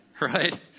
right